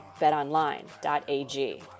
betonline.ag